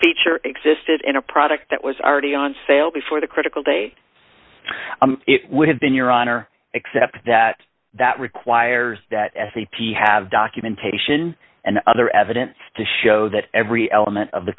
feature existed in a product that was already on sale before the critical date would have been your honor except that that requires that f t p have documentation and other evidence to show that every element of the